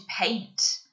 paint